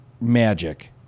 magic